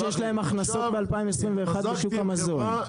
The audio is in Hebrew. שיש להם הכנסות מ- 2021 בשוק המזון.